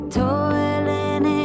toiling